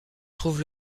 trouve